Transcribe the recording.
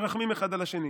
הם מרחמים אחד על השני.